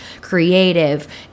creative